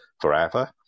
forever